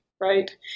right